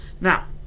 Now